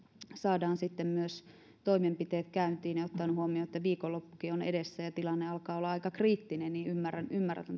sitten myös toimenpiteet käyntiin ja ottaen huomioon että viikonloppukin on edessä ja tilanne alkaa olla aika kriittinen ymmärrän